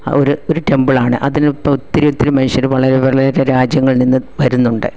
ആ ഒരു ഒരു ടെംബിൾ ആണ് അതിൽ ഇപ്പോൾ ഒത്തിരി ഒത്തിരി മനുഷ്യർ വളരെ ഏറെ രാജ്യങ്ങളിൽ നിന്നും വരുന്നുണ്ട്